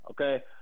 Okay